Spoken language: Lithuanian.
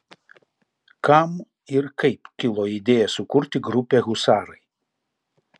kam ir kaip kilo idėja sukurti grupę husarai